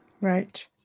Right